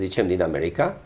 for the chimney in america